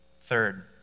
Third